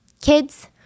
Kids